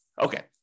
Okay